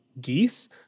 geese